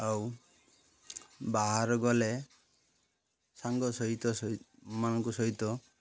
ଆଉ ବାହାର ଗଲେ ସାଙ୍ଗ ସହିତ ମାନଙ୍କ ସହିତ